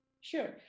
Sure